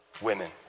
women